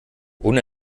ohne